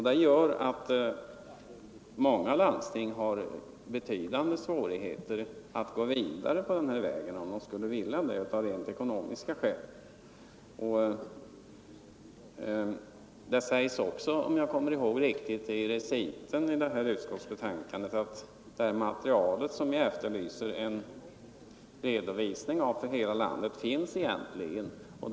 Det gör att många landsting har betydande svårigheter — av rent ekonomiska skäl — att gå vidare på den här vägen om de skulle vilja göra det. Om jag kommer ihåg rätt heter det i reciten i utskottsbetänkandet att det material som vi efterlyser — en redovisning för hela landet — egentligen finns.